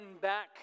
back